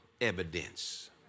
evidence